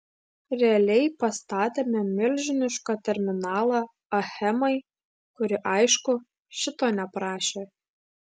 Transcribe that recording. realiai pastatėme milžinišką terminalą achemai kuri aišku šito neprašė